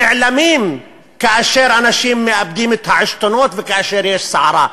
נעלמים כאשר אנשים מאבדים את העשתונות וכאשר יש סערה.